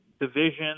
division